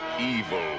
evil